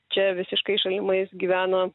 čia visiškai šalimais gyveno